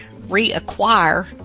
reacquire